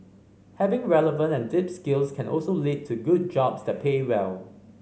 having relevant and deep skills can also lead to good jobs that pay well